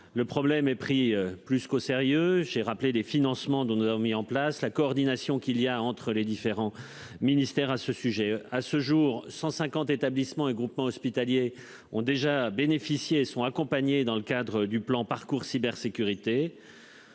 Le problème est pris plus qu'au sérieux chez rappelé des financements dont nous avons mis en place la coordination qu'il y a entre les différents ministères à ce sujet. À ce jour 150 établissements groupements hospitaliers ont déjà bénéficié sont accompagnés dans le cadre du plan parcours cybersécurité.